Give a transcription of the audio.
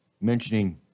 mentioning